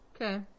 Okay